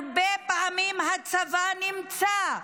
הרבה פעמים הצבא נמצא,